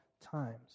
times